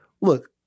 Look